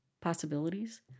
possibilities